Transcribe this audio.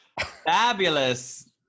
Fabulous